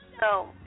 No